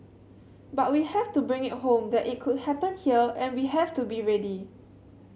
but we have to bring it home that it could happen here and we have to be ready